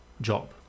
job